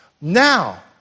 now